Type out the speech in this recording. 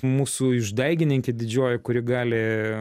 mūsų išdaigininkė didžioji kuri gali